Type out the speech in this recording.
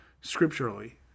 scripturally